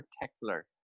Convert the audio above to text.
particular